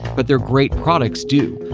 but their great products do.